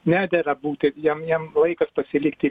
nedera būti jam jamjam laikas pasilikti